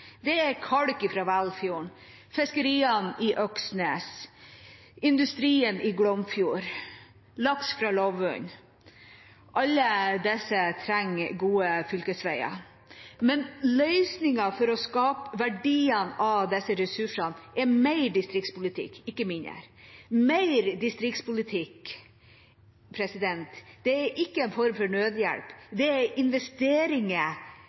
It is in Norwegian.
Det er kalk fra Velfjord, fiskeriene i Øksnes, industrien i Glomfjord og laks fra Lovund, og alle disse trenger gode fylkesveier. Men løsningen for å skape verdier av disse ressursene er mer distriktspolitikk – ikke mindre. Mer distriktspolitikk er ikke en form for nødhjelp.